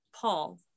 Paul